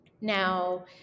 now